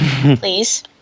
Please